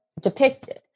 depicted